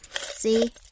See